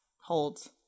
holds